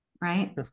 right